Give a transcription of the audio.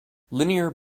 linear